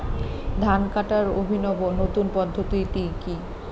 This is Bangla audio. ধান কাটার অভিনব নতুন পদ্ধতিটি কি?